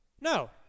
No